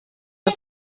für